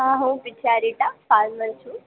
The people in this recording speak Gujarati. હું ચારએટા ફાર્મર છું